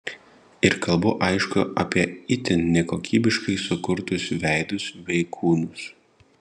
ir kalbu aišku apie itin nekokybiškai sukurtus veidus bei kūnus